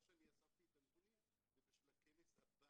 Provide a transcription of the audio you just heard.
והנתונים שאני אספתי זה בשביל הכנס הבא